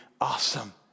awesome